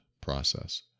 process